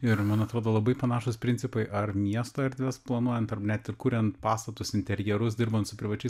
ir man atrodo labai panašūs principai ar miesto erdves planuojant ar net ir kuriant pastatus interjerus dirbant su privačiais